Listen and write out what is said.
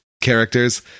characters